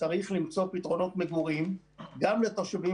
צריך למצוא פתרונות מגורים גם לתושבים